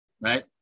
right